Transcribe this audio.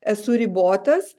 esu ribotas